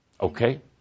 Okay